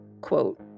quote